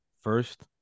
First